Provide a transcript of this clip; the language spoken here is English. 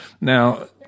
Now